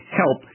help